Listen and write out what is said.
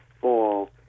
fall